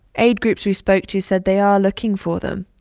aid groups we spoke to said they are looking for them.